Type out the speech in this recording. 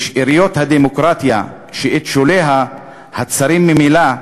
לשאריות הדמוקרטיה, שאת שוליה, הצרים ממילא,